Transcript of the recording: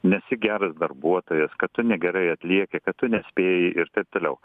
nesi geras darbuotojas kad tu negerai atlieki kad tu nespėji ir taip toliau